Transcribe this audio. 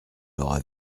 l’aura